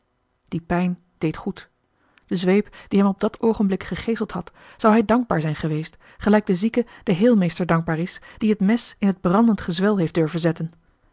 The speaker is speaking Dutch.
die pijn deed goed de zweep die hem op dat oogenblik gegeeseld had zou hij dankbaar zijn geweest gelijk de zieke den heelmeester dankbaar is die het mes in het brandend gezwel heeft durven zetten